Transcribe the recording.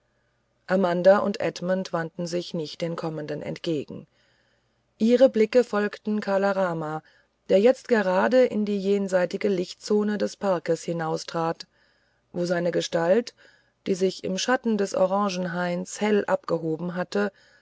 amanda und edmund wandten sich nicht den kommenden entgegen ihre blicke folgten kala rama der jetzt gerade in die jenseitige lichtzone des parkes hinaustrat wo seine gestalt die sich im schatten des orangenhaines hell abgehoben hatte